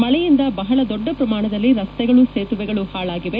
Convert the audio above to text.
ಮಳೆಯಿಂದ ಬಹಳ ದೊಡ್ಡ ಪ್ರಮಾಣದಲ್ಲಿ ರಸ್ತೆಗಳು ಸೇತುವೆಗಳು ಹಾಳಾಗಿವೆ